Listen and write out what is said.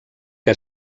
que